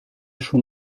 schon